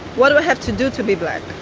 what do i have to do to be black?